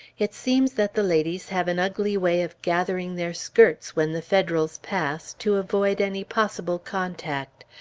it seems that the ladies have an ugly way of gathering their skirts when the federals pass, to avoid any possible contact.